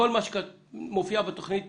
מה שמופיע בתכנית